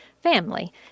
family